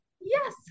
yes